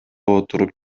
отуруп